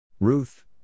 Ruth